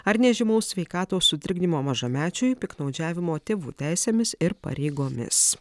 ar nežymaus sveikatos sutrikdymo mažamečiui piktnaudžiavimo tėvų teisėmis ir pareigomis